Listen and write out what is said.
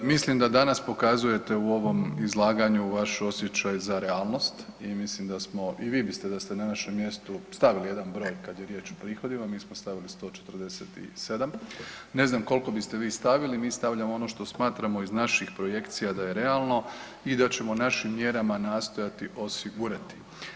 Mislim da danas pokazujete u ovom izlaganju vaš osjećaj za realnost i mislim da smo i vi biste da ste na našem mjestu, stavili jedan broj kad je riječ o prihodima, mi smo stavili 147, ne znam koliko biste vi stavili, mi stavljamo ono što smatramo iz naši projekcija da je realno i da ćemo našim mjerama nastojati osigurati.